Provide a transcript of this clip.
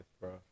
bro